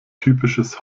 typisches